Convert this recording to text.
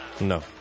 No